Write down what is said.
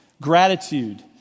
Gratitude